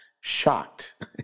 Shocked